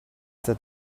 that